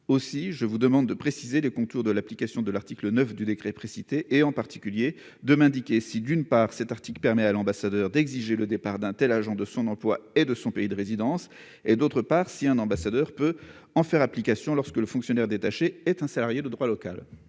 Aussi, je vous demande de préciser les contours de l'application de l'article 9 du décret précité et, en particulier, de m'indiquer si, d'une part, cet article permet à l'ambassadeur d'exiger le départ d'un tel agent de son emploi et de son pays de résidence et, d'autre part, si un ambassadeur peut en faire application lorsque le fonctionnaire détaché est un salarié de droit local.